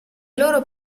loro